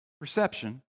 Perception